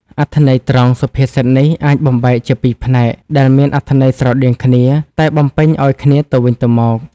អត្ថន័យត្រង់សុភាសិតនេះអាចបំបែកជាពីរផ្នែក ដែលមានអត្ថន័យស្រដៀងគ្នា តែបំពេញឲ្យគ្នាទៅវិញទៅមក។